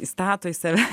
įstato į save